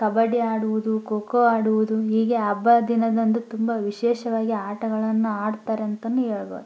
ಕಬಡ್ಡಿ ಆಡುವುದು ಖೊ ಖೋ ಆಡುವುದು ಹೀಗೆ ಹಬ್ಬ ದಿನದಂದು ತುಂಬ ವಿಶೇಷವಾಗಿ ಆಟಗಳನ್ನು ಆಡ್ತಾರೆ ಅಂತಲೂ ಹೇಳ್ಬೋದ್